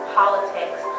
politics